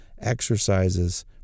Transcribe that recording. exercises